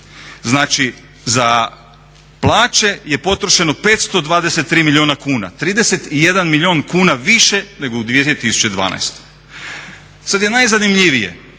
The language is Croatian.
Znači, za plaće je potrošeno 523 milijuna kuna. 31 milijun kuna više nego u 2012. Sad je najzanimljivije